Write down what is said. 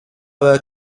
were